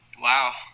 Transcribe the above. wow